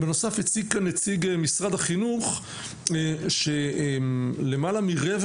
בנוסף הציג כאן נציג משרד החינוך שלמעלה מרבע